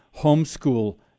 homeschool